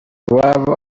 iwabo